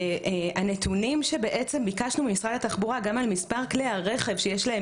אני חושבת שהנתונים שביקשנו ממשרד התחבורה על מספר כלי הרכב שיש להם